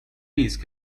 ایست